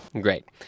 Great